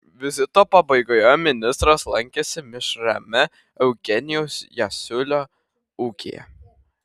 vizito pabaigoje ministras lankėsi mišriame eugenijaus jasiulio ūkyje